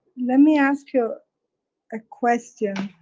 let me ask you a question.